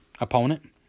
opponent